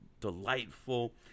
delightful